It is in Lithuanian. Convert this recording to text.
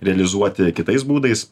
realizuoti kitais būdais